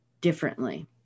differently